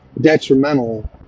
detrimental